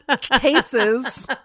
cases